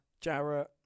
Jarrett